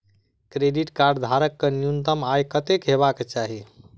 Credit card धारक कऽ न्यूनतम आय कत्तेक हेबाक चाहि?